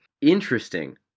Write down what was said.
Interesting